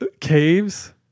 caves